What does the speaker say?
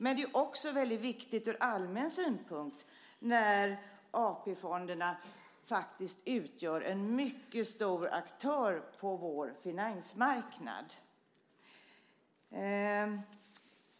Det är också väldigt viktigt ur allmän synpunkt. AP-fonderna utgör en mycket stor aktör på vår finansmarknad.